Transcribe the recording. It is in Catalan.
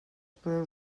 podeu